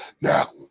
Now